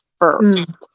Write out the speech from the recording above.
first